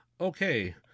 Okay